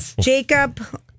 Jacob